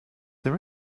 there